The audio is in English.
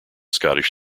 scottish